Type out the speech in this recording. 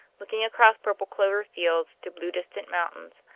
looking across purple clover-fields to blue distant mountains,